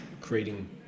creating